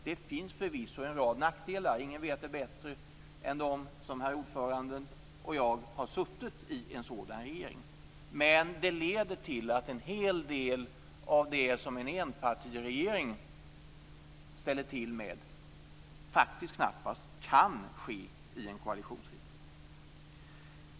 Det finns förvisso en rad nackdelar. Ingen vet det bättre än herr ordföranden och jag, som har suttit i en sådan regering. Men det leder till att en hel del av det som en enpartiregering ställer till med faktiskt knappast kan ske i en koalitionsregering.